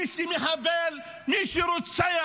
מי שמחבל, מי שרוצח,